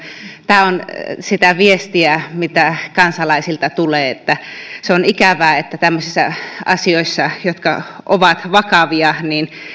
tämä on sitä viestiä mitä kansalaisilta tulee se on ikävää että tämmöisissä asioissa jotka ovat vakavia